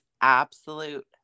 absolute